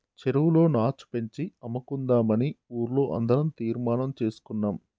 చెరువులో నాచు పెంచి అమ్ముకుందామని ఊర్లో అందరం తీర్మానం చేసుకున్నాం